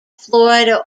florida